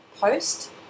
post